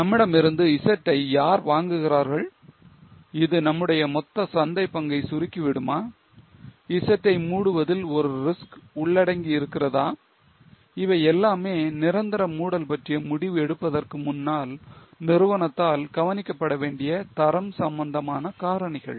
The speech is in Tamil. நம்மிடமிருந்து Z ஐ யார் வாங்குகிறார்கள் இது நம்முடைய மொத்த சந்தை பங்கை சுருக்கி விடுமா Z ஐ மூடுவதில் ஒரு risk உள்ளடங்கி இருக்கிறதா இவையெல்லாமே நிரந்தர மூடல் பற்றிய முடிவு எடுப்பதற்கு முன்னால் நிறுவனத்தால் கவனிக்கப்படவேண்டிய தரம் சம்பந்தமான காரணிகள்